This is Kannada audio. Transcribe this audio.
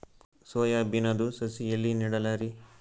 ಸೊಯಾ ಬಿನದು ಸಸಿ ಎಲ್ಲಿ ನೆಡಲಿರಿ?